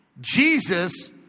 Jesus